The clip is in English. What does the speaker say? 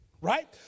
right